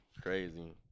crazy